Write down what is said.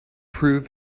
prove